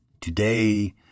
Today